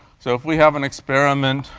so if we have an experiment